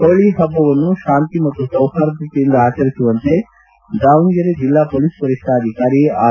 ಹೋಳಿ ಹಬ್ಬವನ್ನು ಶಾಂತಿ ಮತ್ತು ಸೌಹಾರ್ದತೆಯಿಂದ ಆಚರಿಸುವಂತೆ ದಾವಣಗೆರೆ ಜಿಲ್ಲಾ ಪೊಲೀಸ್ ವರಿಷ್ಣಾಧಿಕಾರಿ ಆರ್